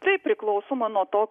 tai priklausoma nuo to